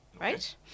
right